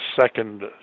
second